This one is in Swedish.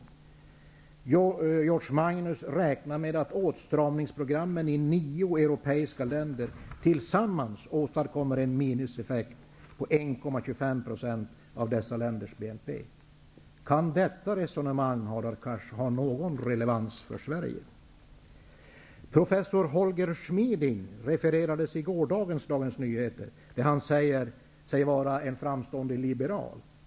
George Magnus på S.G. Warburg räknar med att åtstramningsprogrammen i nio europeiska länder tillsammans åstadkommer en minuseffekt på Kan detta resonemang, Hadar Cars, ha någon relevans för Sverige? Professor Holger Schmieding, som säger sig vara en framstående liberal, refererades i gårdagens Dagens Nyheter.